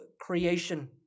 creation